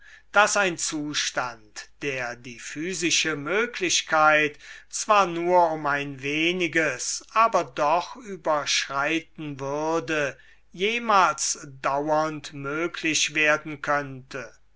daß ein zustand der die physische möglichkeit zwar nur um ein weniges aber doch überschreiten würde jemals dauernd möglich werden könnte